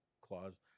clause